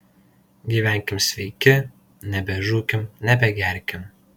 gyvenkim sveiki nebežūkim nebegerkim